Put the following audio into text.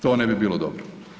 To ne bi bilo dobro.